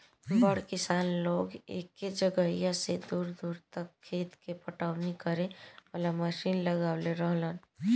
बड़ किसान लोग एके जगहिया से दूर दूर तक खेत के पटवनी करे वाला मशीन लगवले रहेलन